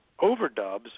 overdubs